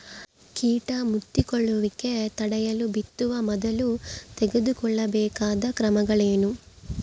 ಕೇಟ ಮುತ್ತಿಕೊಳ್ಳುವಿಕೆ ತಡೆಯಲು ಬಿತ್ತುವ ಮೊದಲು ತೆಗೆದುಕೊಳ್ಳಬೇಕಾದ ಕ್ರಮಗಳೇನು?